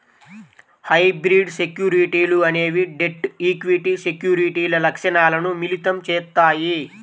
hybrid సెక్యూరిటీలు అనేవి debt, equity సెక్యూరిటీల లక్షణాలను మిళితం చేత్తాయి